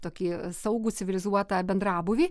tokį saugų civilizuotą bendrabūvį